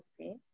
Okay